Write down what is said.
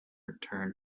return